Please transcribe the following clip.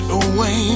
away